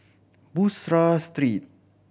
Bussorah Street